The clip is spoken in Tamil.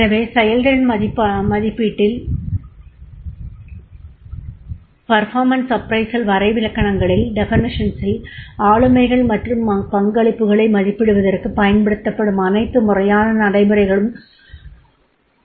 எனவே செயல்திறன் மதிப்பீட்டின் வரைவிலக்கணங்களில் ஆளுமைகள் மற்றும் பங்களிப்புகளை மதிப்பிடுவதற்குப் பயன்படுத்தப்படும் அனைத்து முறையான நடைமுறைகளும் அடங்கும்